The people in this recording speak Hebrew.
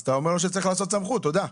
אז אתה אומר שצריך לעשות סמכות, תודה.